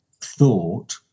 thought